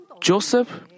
Joseph